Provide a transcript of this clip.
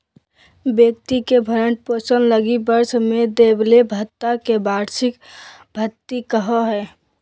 व्यक्ति के भरण पोषण लगी वर्ष में देबले भत्ता के वार्षिक भृति कहो हइ